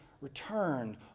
returned